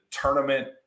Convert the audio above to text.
tournament